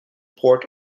port